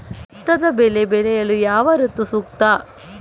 ಭತ್ತದ ಬೆಳೆ ಬೆಳೆಯಲು ಯಾವ ಋತು ಸೂಕ್ತ?